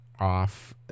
off